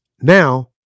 Now